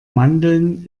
mandeln